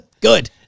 good